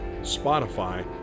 Spotify